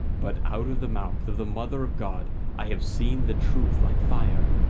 but out of the mouth of the mother of god i have seen the truth like fire,